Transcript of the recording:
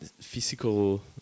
physical